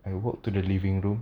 I walk to the living room